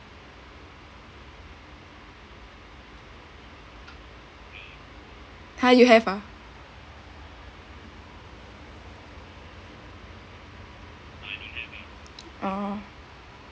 ha you have ah oh